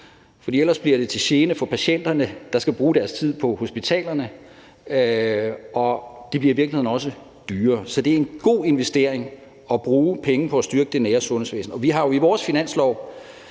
for ellers bliver det til gene for patienterne, der skal bruge deres tid på hospitalerne, og det bliver i virkeligheden også dyrere. Så det er en god investering at bruge penge på at styrke det nære sundhedsvæsen, og vi har jo i vores finanslovsforslag